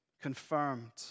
confirmed